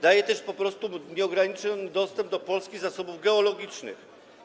Daje też po prostu nieograniczony dostęp do polskich zasobów geologicznych.